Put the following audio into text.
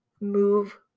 move